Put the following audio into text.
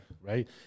Right